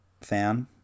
fan